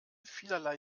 vielerlei